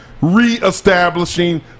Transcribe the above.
Reestablishing